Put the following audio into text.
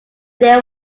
they